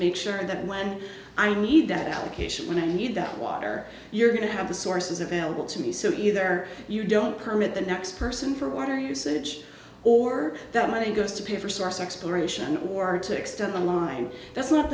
make sure that when i need that allocation when i need that water you're going to have the sources available to me so either you don't permit the next person for water usage or the money goes to pay for source exploration or to extend the line that's not